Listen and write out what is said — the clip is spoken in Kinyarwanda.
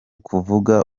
kuvuga